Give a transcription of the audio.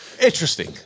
Interesting